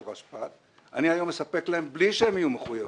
רשפ"ת אני היום מספק להם בלי שהם יהיו מחויבים.